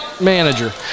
manager